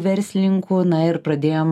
verslininkų na ir pradėjom